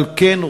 אבל כן,